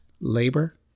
labor